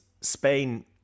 Spain